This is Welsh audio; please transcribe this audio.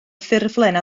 ffurflen